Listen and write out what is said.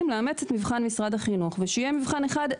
את מבחן משרד החינוך ושיהיה מבחן אחד.